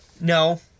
No